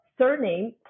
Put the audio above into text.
surname